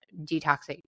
detoxing